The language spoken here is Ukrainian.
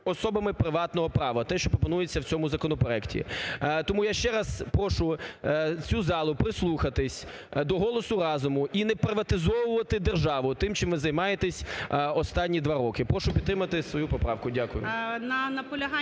особами приватно права – те, що пропонується в цьому законопроекті. Тому я ще раз прошу цю залу прислухатися до голосу розуму і не приватизовувати державу, тим, чим ви займаєтесь останні два року. Прошу підтримати свою поправку. Дякую.